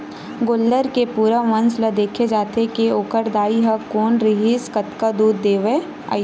गोल्लर के पूरा वंस ल देखे जाथे के ओखर दाई ह कोन रिहिसए कतका दूद देवय अइसन